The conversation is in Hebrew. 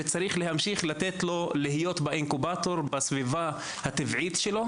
וצריך להמשיך לתת לו להיות באינקובטור בסביבה הטבעית שלו,